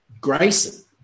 Grayson